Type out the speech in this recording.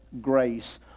grace